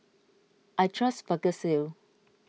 I trust Vagisil